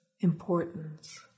importance